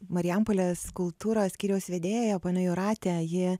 marijampolės kultūros skyriaus vedėja ponia jūratė ji